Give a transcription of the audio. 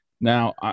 Now